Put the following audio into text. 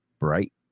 Right